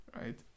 right